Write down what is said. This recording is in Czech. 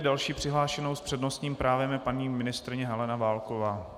Další přihlášenou s přednostním právem je paní ministryně Helena Válková.